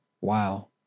Wow